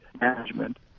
Management